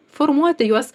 formuoti juos